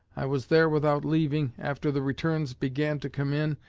i was there without leaving, after the returns began to come in,